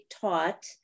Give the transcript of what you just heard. taught